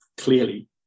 clearly